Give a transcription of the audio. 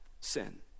sin